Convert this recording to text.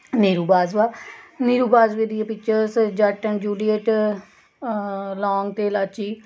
ਨੀਰੂ ਬਾਜਵਾ ਨੀਰੂ ਬਾਜਵੇ ਦੀ pictures Jatt and Juliet Laung ਅਤੇ ਲਾਚੀ